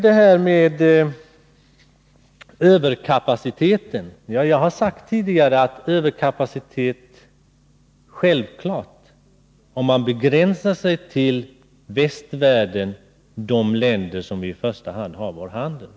Jag har tidigare sagt att det självfallet finns en överkapacitet, om man begränsar sig till västvärlden, de länder som vi i första hand har vår handel med.